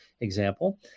example